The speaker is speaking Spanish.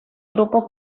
grupo